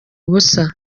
ubusa